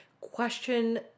question